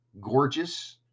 gorgeous